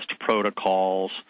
protocols